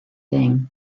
thing